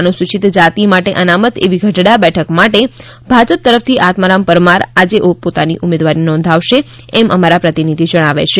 અનુસુચિત જાતિ માટે અનામત એવી ગઢડા બેઠક માટે ભાજપ તરફથી આત્મારામ પરમાર આજે પોતાની ઉમેદવારી નોંધાવશે તેમ અમારા પ્રતિનિધિ જણાવે છે